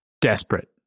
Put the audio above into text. desperate